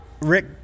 Rick